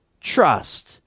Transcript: Trust